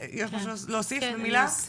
יש לך מה להוסיף במילה.